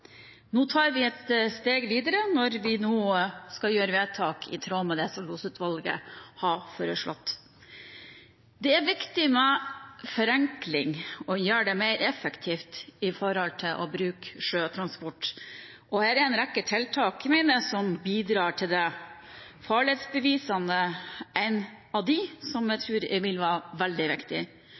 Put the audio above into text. Nå tar vi et steg videre når vi skal gjøre vedtak i tråd med det som Losutvalget har foreslått. Det er viktig med forenkling og å gjøre det mer effektivt å bruke sjøtransport. Her er en rekke tiltak, mener jeg, som bidrar til det. Farledsbevisene er ett av dem, som jeg tror vil være veldig viktig.